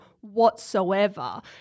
whatsoever